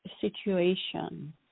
situation